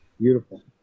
Beautiful